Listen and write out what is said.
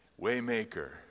Waymaker